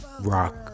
rock